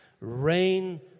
rain